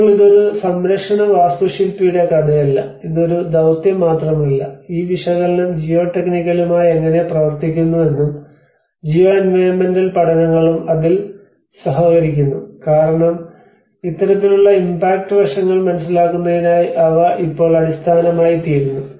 ഇപ്പോൾ ഇത് ഒരു സംരക്ഷണ വാസ്തുശില്പിയുടെ കഥയല്ല ഇത് ഒരു ദൌത്യം മാത്രമല്ല ഈ വിശകലനം ജിയോ ടെക്നിക്കലുമായി എങ്ങനെ പ്രവർത്തിക്കുന്നുവെന്നും ജിയോ എൻവയോൺമെന്റൽ പഠനങ്ങളും അതിൽ സഹകരിക്കുന്നു കാരണം ഇത്തരത്തിലുള്ള ഇംപാക്റ്റ് വശങ്ങൾ മനസിലാക്കുന്നതിനായി അവ ഇപ്പോൾ അടിസ്ഥാനമായിത്തീരുന്നു